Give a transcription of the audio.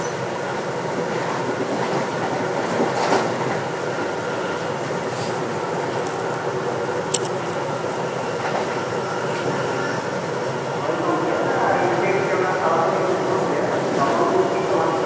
ᱦᱳᱭ ᱜᱚᱢᱠᱮ ᱦᱳᱭ ᱜᱚᱢᱠᱮ ᱢᱤᱫ ᱤᱱ ᱨᱮᱜᱮ ᱢᱟᱱᱮ ᱛᱟᱲᱟᱛᱟᱲᱤ ᱢᱟᱫᱽᱫᱷᱚᱢ ᱜᱮ ᱞᱚᱜᱚᱱ ᱜᱮ ᱦᱩᱭᱩᱜᱼᱢᱟ ᱡᱮᱢᱚᱱ